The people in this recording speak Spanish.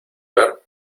ver